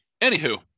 anywho